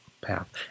path